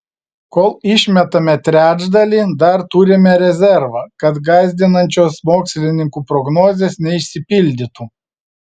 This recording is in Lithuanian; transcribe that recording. kol išmetame trečdalį dar turime rezervą kad gąsdinančios mokslininkų prognozės neišsipildytų